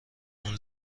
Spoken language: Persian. اون